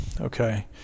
Okay